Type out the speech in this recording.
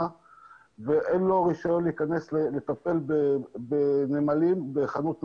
ואין לו רישיון להיכנס לטפל בנמלים בחנות נעליים.